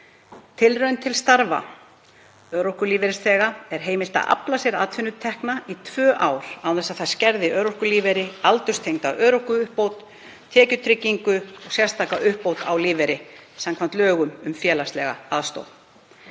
Tilraun til starfa. Örorkulífeyrisþega er heimilt að afla sér atvinnutekna í tvö ár án þess að þær skerði örorkulífeyri, aldurstengda örorkuuppbót, tekjutryggingu og sérstaka uppbót á lífeyri samkvæmt lögum um félagslega aðstoð.